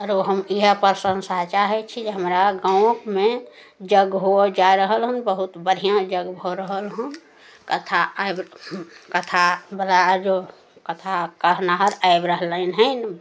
आरो हम इएह प्रशंसा चाहै छी जे हमरा गाँवमे यज्ञ होअ जा रहल हन बहुत बढ़िऑं यज्ञ भऽ रहल हन कथा आबि कथा बला जँ कथा कहनाहर आबि रहलनि हेँ